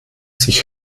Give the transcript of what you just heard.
sich